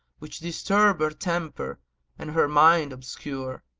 which disturb her temper and her mind obscure,